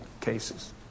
cases